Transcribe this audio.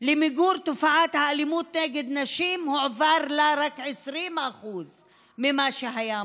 למיגור תופעת האלימות נגד נשים הועברו 20% ממה שהיה מוקצה.